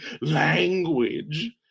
language